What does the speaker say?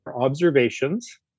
observations